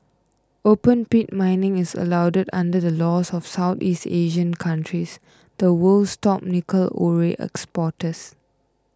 open pit mining is allowed under the laws of the Southeast Asian countries the world's top nickel ore exporters